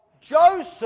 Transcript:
Joseph